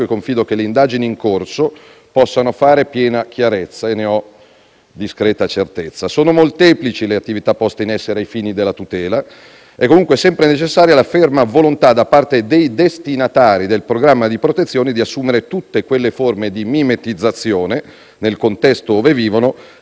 e confido che le indagini in corso possano fare piena chiarezza e ne ho discreta certezza. Sono molteplici le attività poste in essere ai fini della tutela. È comunque sempre necessaria la ferma volontà da parte dei destinatari del programma di protezione di assumere tutte quelle forme di mimetizzazione, nel contesto ove vivono,